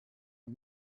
are